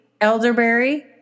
elderberry